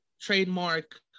trademark